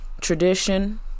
Tradition